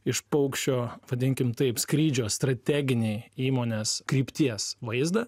iš paukščio vadinkim taip skrydžio strateginį įmonės krypties vaizdą